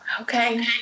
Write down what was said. Okay